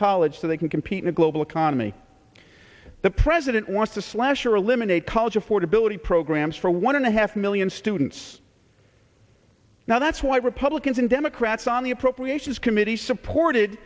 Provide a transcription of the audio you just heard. college so they can compete in a global economy the president wants to slash or eliminate college affordability programs for one and a half million students now that's why republicans and democrats on the appropriations committee supported